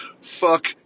Fuck